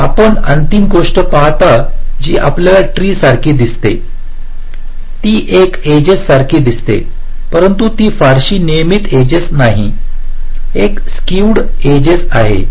तर आपण अंतिम गोष्ट पाहता जी आपल्याला ट्री सारखी दिसते ती एक एजेससारखी दिसते परंतु ती फारशी नियमित एजेस नाही एक स्कॅवेड एजेस आहे